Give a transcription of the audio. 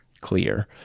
clear